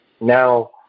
now